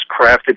crafted